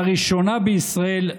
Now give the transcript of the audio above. לראשונה בישראל,